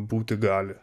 būti gali